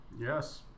Yes